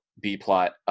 B-plot